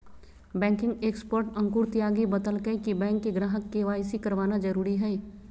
banking expert Ankur Tyagi बतयलकय कि bank के ग्राहक के.वाई.सी करवाना जरुरी हइ